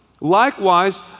likewise